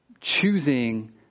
choosing